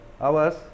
hours